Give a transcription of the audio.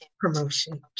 promotion